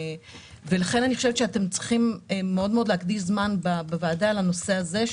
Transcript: לכן אני חושבת שאתם צריכים להקדיש זמן בוועדה לנושא הזה,